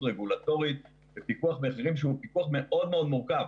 רגולטורית בפיקוח מחירים שהוא פיקוח מאוד מאוד מורכב.